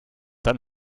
dann